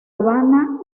habana